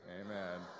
Amen